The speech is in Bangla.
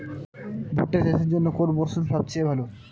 ভুট্টা চাষের জন্যে কোন মরশুম সবচেয়ে ভালো?